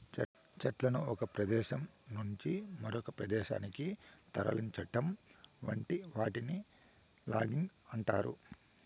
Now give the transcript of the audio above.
చెట్లను ఒక ప్రదేశం నుంచి ఇంకొక ప్రదేశానికి తరలించటం వంటి వాటిని లాగింగ్ అంటారు